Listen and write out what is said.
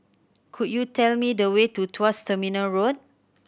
could you tell me the way to Tuas Terminal Road